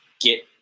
get